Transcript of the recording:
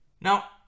Now